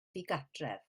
ddigartref